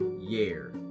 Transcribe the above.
year